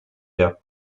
der